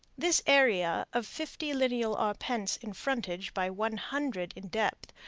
this area, of fifty lineal arpents in frontage by one hundred in depth,